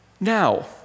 Now